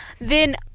then-